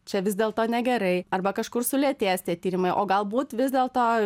čia vis dėlto negerai arba kažkur sulėtės tie tyrimai o galbūt vis dėlto